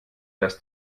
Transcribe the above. das